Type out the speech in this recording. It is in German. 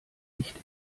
nicht